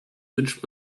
wünscht